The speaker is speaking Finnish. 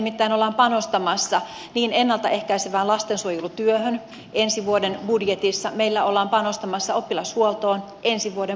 meillä nimittäin ollaan panostamassa ennalta ehkäisevään lastensuojelutyöhön ensi vuoden budjetissa meillä ollaan panostamassa oppilashuoltoon ensi vuoden budjetissa